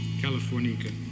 Californica